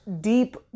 deep